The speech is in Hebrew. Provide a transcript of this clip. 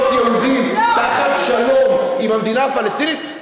יהודים תחת שלום עם המדינה הפלסטינית?